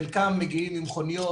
חלקם מגיעים עם מכוניות,